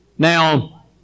Now